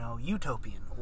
utopian